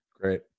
Great